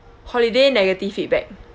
holiday negative feedback